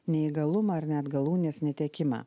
neįgalumą ar net galūnės netekimą